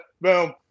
Boom